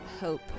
Hope